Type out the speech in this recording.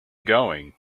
going